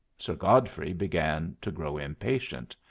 sir godfrey began to grow impatient.